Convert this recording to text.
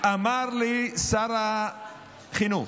אמר לי שר החינוך: